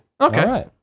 okay